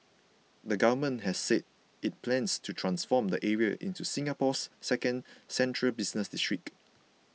the Government has said it plans to transform the area into Singapore's second central business district